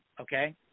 okay